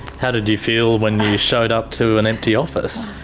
how did you feel when you showed up to an empty office?